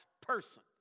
person